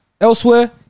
Elsewhere